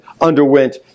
underwent